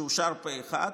שאושר פה אחד,